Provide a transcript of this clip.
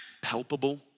palpable